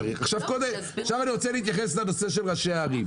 אני רוצה עכשיו להתייחס לנושא של ראשי הערים.